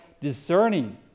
discerning